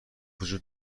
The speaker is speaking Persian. وجود